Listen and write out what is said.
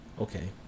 Okay